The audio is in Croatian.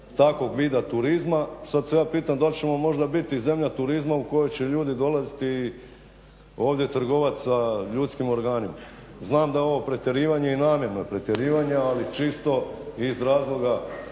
takvog vida turizma. Sad se ja pitam dal' ćemo možda bit zemlja turizma u kojoj će ljudi dolaziti ovdje trgovat sa ljudskim organima. Znam da je ovo pretjerivanje i namjerno pretjerivanje al čisto iz razloga